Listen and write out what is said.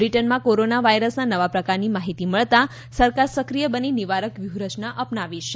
બ્રિટનમાં કોરોનાના વાયરસના નવા પ્રકારની માહિતી મળતા સરકાર સક્રિય બની નિવારક વ્યૂહરચના અપનાવી છે